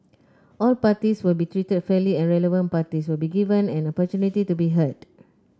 all parties will be treated fairly and relevant parties will be given an opportunity to be heard